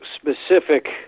specific